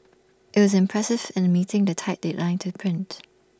IT the impressive in A meeting the tight deadline to print